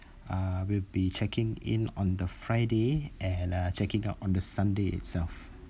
uh we will be checking in on the friday and uh checking out on the sunday itself